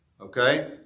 Okay